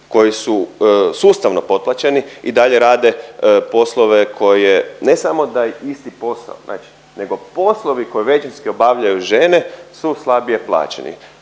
koji su sustavno potplaćeni i dalje rade poslove koje ne samo da je isti posao … nego poslovi koje većinski obavljaju žene su slabije plaćeni.